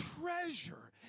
treasure